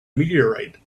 meteorite